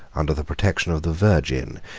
under the protection of the virgin,